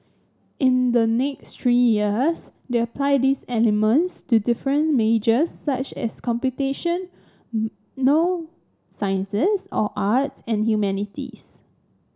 in the next three years they apply these elements to different majors such as computation sciences or arts and humanities